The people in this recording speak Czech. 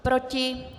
Proti?